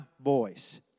voice